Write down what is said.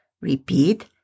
Repeat